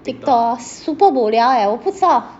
Tiktok lor super boliao eh 我不知道